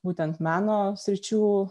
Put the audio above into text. būtent meno sričių